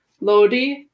Lodi